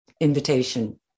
invitation